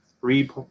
three